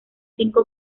cinco